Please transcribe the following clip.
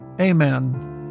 amen